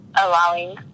allowing